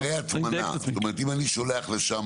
לגבי הטמנה, זאת אומרת, אם אני שולח לשם